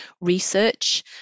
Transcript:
research